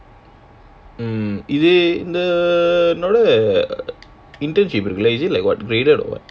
hmm இது இந்த:idhu indha internship இருக்குல்ல:irukkula is it like what graded or what